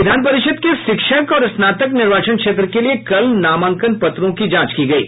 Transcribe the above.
विधान परिषद के शिक्षक और स्नातक निर्वाचन क्षेत्र के लिए कल नामांकन पत्रों की जांच की गयी